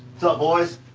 so boys?